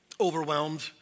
overwhelmed